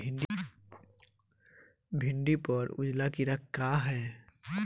भिंडी पर उजला कीड़ा का है?